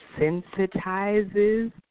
sensitizes